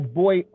boy